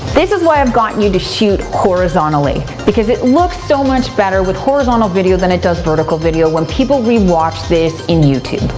this is why i've gotten you to shoot horizontally. because it looks so much better with horizontal video, than it does vertical video when people re-watch this in youtube.